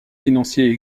financiers